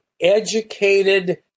educated